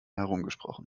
herumgesprochen